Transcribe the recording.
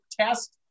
test